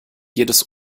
jedes